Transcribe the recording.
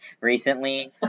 Recently